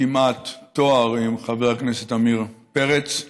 כמעט, תואר עם חבר הכנסת עמיר פרץ,